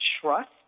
trust